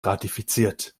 ratifiziert